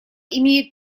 имеет